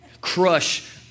crush